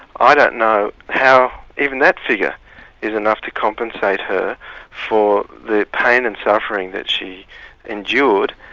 i don't know how even that figure is enough to compensate her for the pain and suffering that she endured,